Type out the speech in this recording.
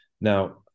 Now